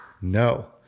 No